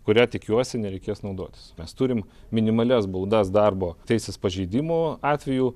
kuria tikiuosi nereikės naudotis mes turim minimalias baudas darbo teisės pažeidimų atveju